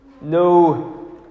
no